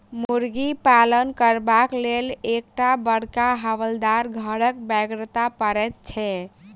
मुर्गी पालन करबाक लेल एक टा बड़का हवादार घरक बेगरता पड़ैत छै